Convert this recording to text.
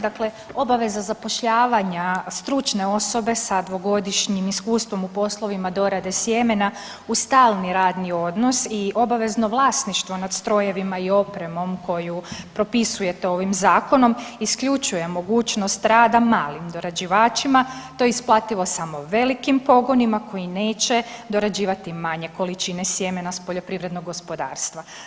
Dakle, obaveza zapošljavanja stručne osobe sa dvogodišnjim iskustvom u poslovima dorade sjemena u stalni radni odnos i obavezno vlasništvo nad strojevima i opremom koju propisujete ovim zakonom isključuje mogućnost rada malim dorađivačima, to je isplativo samo velikim pogonima koji neće dorađivati manje količine sjemena s poljoprivrednog gospodarstva.